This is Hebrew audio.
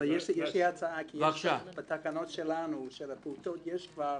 יש לי הצעה כי בתקנות שלנו, של הפעוטות, יש כבר